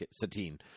Satine